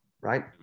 right